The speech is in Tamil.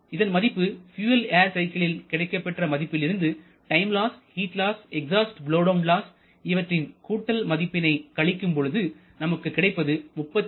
இதன் மதிப்பு பியூயல் ஏர் சைக்கிளில் கிடைக்கப்பெற்ற மதிப்பில் இருந்து time loss heat loss exhaust blow down loss இவற்றின் கூட்டல் மதிப்பினை கழிக்கும்பொழுது நமக்கு கிடைப்பது 35